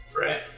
Right